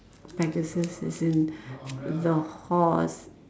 Pegasus as in the horse